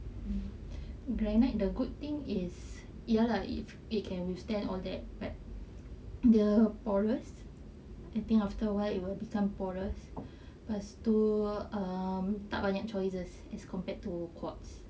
granite the good thing is ya lah if it can withstand heat all that but the porous I think after awhile it will become porous pastu um tak banyak choices as compared to quartz